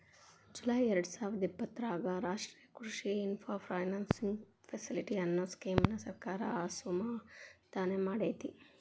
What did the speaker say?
July ಎರ್ಡಸಾವಿರದ ಇಪ್ಪತರಾಗ ರಾಷ್ಟ್ರೇಯ ಕೃಷಿ ಇನ್ಫ್ರಾ ಫೈನಾನ್ಸಿಂಗ್ ಫೆಸಿಲಿಟಿ, ಅನ್ನೋ ಸ್ಕೇಮ್ ನ ಸರ್ಕಾರ ಅನುಮೋದನೆಮಾಡೇತಿ